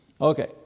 Okay